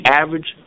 average